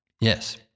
Yes